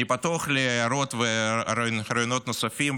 אני פתוח להערות ולרעיונות נוספים,